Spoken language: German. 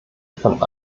von